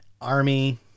Army